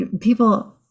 people